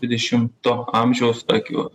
dvidešimto amžiaus akių